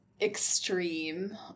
extreme